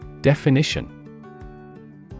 Definition